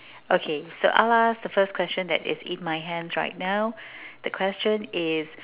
okay so I'll ask the first question that is in my hands right now the question is